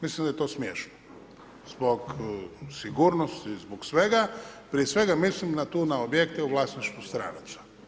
Mislim da je to smiješno zbog sigurnosti i zbog svega, prije svega mislim tu na objekte u vlasniku stranaca.